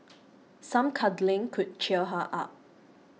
some cuddling could cheer her up